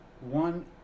one